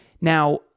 Now